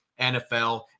NFL